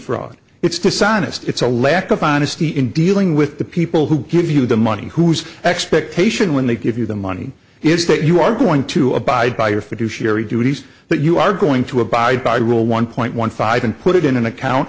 fraud it's dishonest it's a lack of honesty in dealing with the people who give you the money who's expectation when they give you the money is that you are going to abide by your fiduciary duties that you are going to abide by rule one point one five and put it in an account